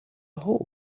horse